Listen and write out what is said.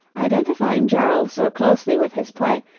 identifying gerald so closely with his play,